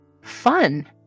fun